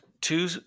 two